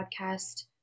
podcast